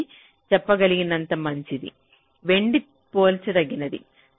7 అని చెప్పగలిగినంత మంచిది వెండి పోల్చదగినది